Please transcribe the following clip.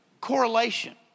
correlation